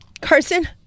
Carson